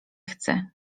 chcę